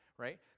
right